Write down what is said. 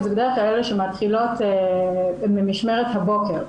וזה בדרך כלל אלה שמועסקות במשמרת הבוקר,